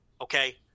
Okay